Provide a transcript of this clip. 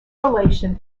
relation